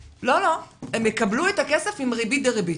הם יקבלו את הכסף עם ריבית דריבית.